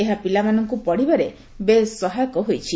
ଏହା ପିଲାମାନଙ୍କୁ ପଢ଼ିବାରେ ବେଶ୍ ସହାୟକ ହୋଇଛି